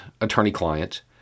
attorney-client